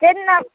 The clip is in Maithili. ताहि दिना